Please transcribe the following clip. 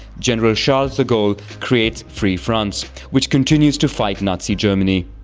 general charles de gaulle creates free france which continues to fight nazi germany.